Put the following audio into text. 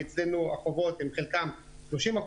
כי אצלנו החובות הם חלקם 30%,